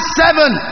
seven